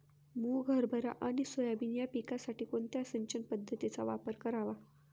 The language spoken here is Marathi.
मुग, हरभरा आणि सोयाबीन या पिकासाठी कोणत्या सिंचन पद्धतीचा वापर करावा?